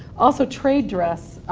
also trade dress,